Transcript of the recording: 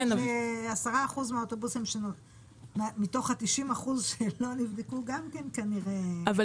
10% מתוך 90% שלא נבדקו גם כנראה --- אבל